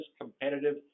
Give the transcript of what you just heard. competitive